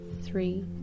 three